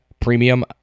premium